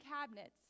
cabinets